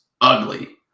ugly